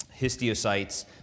histiocytes